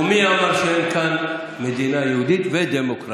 ומי אמר שאין כאן מדינה יהודית ודמוקרטית?